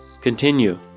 Continue